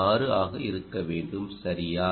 6 ஆக இருக்க வேண்டும் சரியா